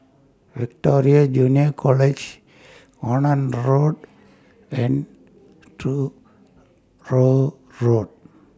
Victoria Junior College Onan Road and Truro Road